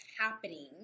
happening